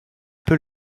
peu